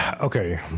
Okay